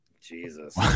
Jesus